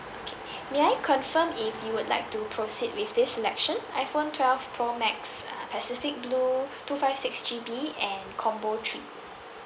okay may I confirm if you would like to proceed with this selection iPhone twelve pro max uh pacific blue two five six G_B and combo three